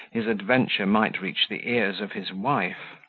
his adventure might reach the ears of his wife.